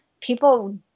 people